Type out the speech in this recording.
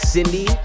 Cindy